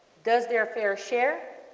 does their fair share,